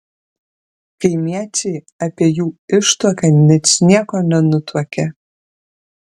kaimiečiai apie jų ištuoką ničnieko nenutuokė